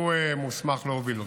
הוא מוסמך להוביל אותה.